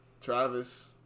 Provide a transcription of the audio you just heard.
Travis